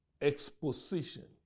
exposition